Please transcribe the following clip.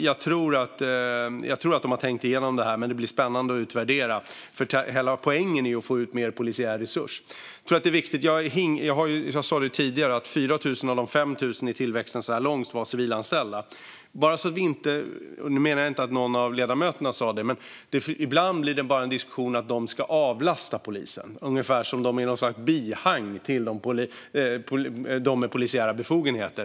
Jag tror att de har tänkt igenom detta, men det blir spännande att utvärdera. Hela poängen är att få ut mer polisiära resurser. Jag tror att det är viktigt. Jag sa tidigare att 4 000 av de 5 000 i tillväxten så här långt är civilanställda. Nu menar jag inte att någon av ledamöterna sa detta, men ibland blir det bara en diskussion om att de ska avlasta polisen, ungefär som om de är något slags bihang till dem med polisiära befogenheter.